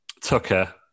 Tucker